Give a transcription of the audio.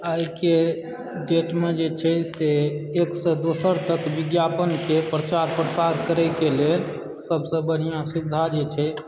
आइके डेटमे जे छै से एकसँ दोसर तक विज्ञापनके प्रचार प्रसार करयके लेल सभसँ बढ़िआँ सुविधा जे छै